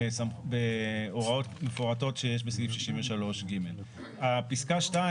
בהוראות מפורטות שיש בסעיף 63ג. פסקה (2)